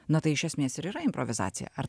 na tai iš esmės ir yra improvizacija ar